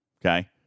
okay